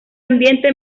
ambiente